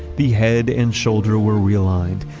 the head and shoulder were realigned.